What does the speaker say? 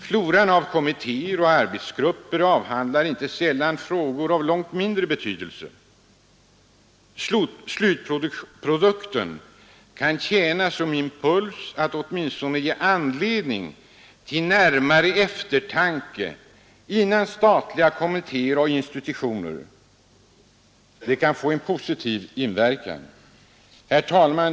Floran av kommittéer och arbetsgrupper avhandlar inte sällan frågor av långt mindre betydelse. Slutprodukten kan åtminstone tjäna som impuls till närmare eftertanke inom statliga kommittéer och institutioner. Den kan då få en positiv inverkan. Herr talman!